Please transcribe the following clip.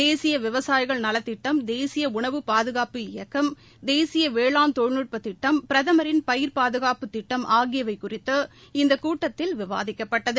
தேசிய விவசாயிகள் நலத்திட்டம் தேசிய உணவு பாதுகாப்பு இயக்கம் தேசிய வேளாண் தொழில்நுட்ப திட்டம் பிரதமின் பயிர் பாதுகாப்புத் திட்டம் ஆகியவை குறித்து இந்த கூட்டத்தில் விவாதிக்கப்பட்டது